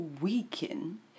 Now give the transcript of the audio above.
weaken